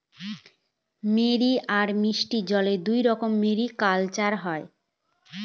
marine আর মিষ্টি জলে দুইরকম মেরিকালচার হয়